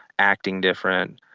acting different,